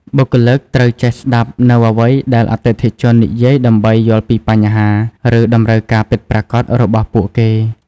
បុគ្គលិកត្រូវចេះស្ដាប់នូវអ្វីដែលអតិថិជននិយាយដើម្បីយល់ពីបញ្ហា ឬតម្រូវការពិតប្រាកដរបស់ពួកគេ។